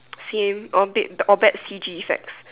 same orbit the or bet C_G set